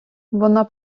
вона